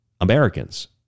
Americans